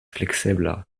fleksebla